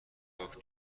دکتر